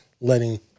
letting